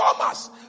Thomas